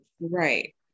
right